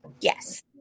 Yes